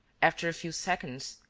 after a few seconds,